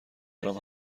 دارم